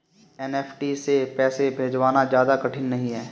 NEFT से पैसे भिजवाना ज्यादा कठिन नहीं है